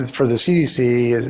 for the cdc,